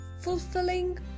fulfilling